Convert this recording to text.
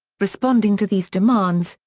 responding to these demands,